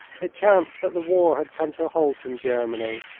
it chanced that the war had come to a halt in germany,